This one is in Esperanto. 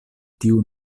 tiu